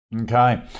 Okay